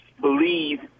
believe